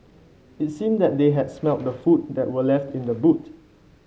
it seemed that they had smelt the food that were left in the boot